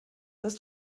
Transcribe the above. ist